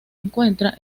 encuentra